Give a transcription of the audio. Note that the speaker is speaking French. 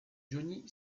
johnny